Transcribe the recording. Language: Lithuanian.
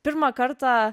pirmą kartą